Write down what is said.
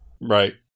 Right